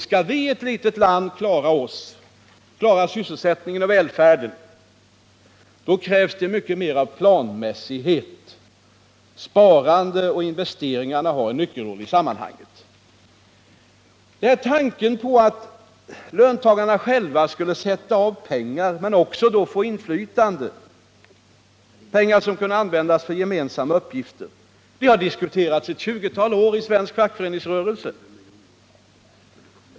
Skall vi i ett litet land som vårt kunna klara sysselsättningen och välfärden krävs det mycket mer av planmässighet. Sparandet och investeringarna har en nyckelroll i sammanhanget. Tanken på att löntagarna själva skulle sätta av pengar — pengar som kunde användas för gemensamma uppgifter — och då också få inflytande har diskuterats i ett 20-tal år i svensk fackföreningsrörelse.